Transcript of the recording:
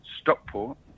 Stockport